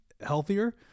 healthier